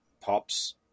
pops